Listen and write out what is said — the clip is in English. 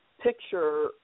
picture